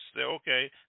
okay